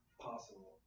possible